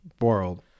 world